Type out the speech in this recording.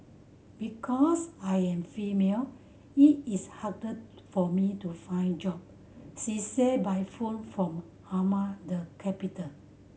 because I am female it is harder for me to find job she said by phone from Amman the capital